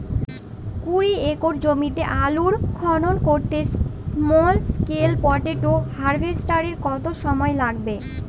কুড়ি একর জমিতে আলুর খনন করতে স্মল স্কেল পটেটো হারভেস্টারের কত সময় লাগবে?